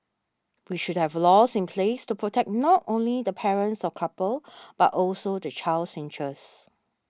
we should have laws in place to protect not only the parents or couple but also the child's interests